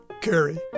Carrie